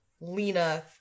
Lena